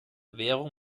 währung